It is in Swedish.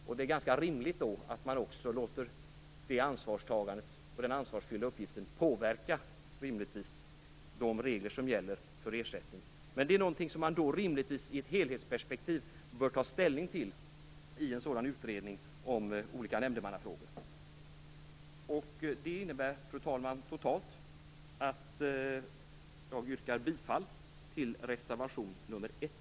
Det är då ganska rimligt att låta det ansvarstagandet och den ansvarsfulla uppgiften påverka de regler som gäller för ersättning. Men det är någonting som man rimligtvis bör ta ställning till i ett helhetsperspektiv i en sådan utredning om olika nämndemannafrågor. Det innebär, fru talman, att jag yrkar bifall till reservation nr 1.